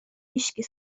هیشکی